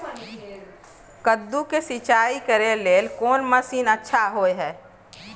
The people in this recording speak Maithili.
कद्दू के सिंचाई करे के लेल कोन मसीन अच्छा होय है?